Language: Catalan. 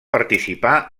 participar